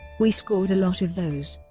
we scored a lot of those.